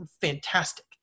fantastic